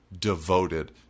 devoted